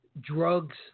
drugs